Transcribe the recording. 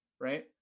right